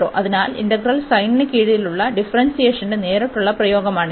അതിനാൽ ഇന്റഗ്രൽ sinന് കീഴിലുള്ള ഡിഫറെന്സിയേഷന്റെ നേരിട്ടുള്ള പ്രയോഗമാണിത്